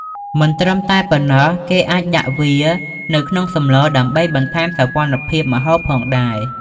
មិនត្រឹមតែប៉ុណ្ណោះគេអាចដាក់វានៅក្នុងសម្លដើម្បីបន្ថែមសោភ័ណភាពម្ហូបផងដែរ។